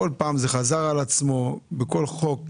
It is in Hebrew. בכל חוק,